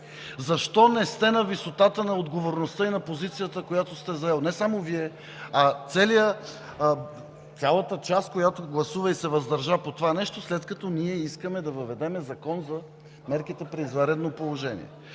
Защо не сте на висотата на отговорността и позицията, която сте заели – не само Вие, а цялата част, която гласува и се въздържа по това, след като ние искаме да въведем Закон за мерките при извънредно положение?